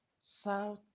south